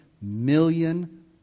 million